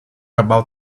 about